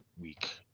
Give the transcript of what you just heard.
week